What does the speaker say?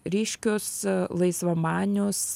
ryškius laisvamanius